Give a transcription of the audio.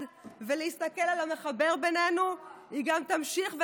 ולהסתכל על המחבר בינינו היא גם תמשיך,